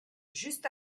juste